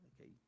Okay